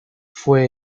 fue